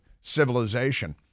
civilization